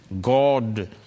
God